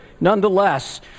Nonetheless